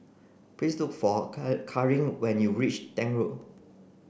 please look for Carlene when you reach Tank Road